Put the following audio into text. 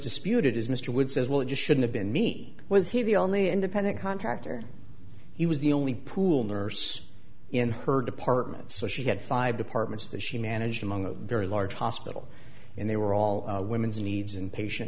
disputed is mr wood says well it shouldn't have been me was he the only independent contractor he was the only pool nurse in her department so she had five departments that she managed among the very large hospital and they were all women's needs and patient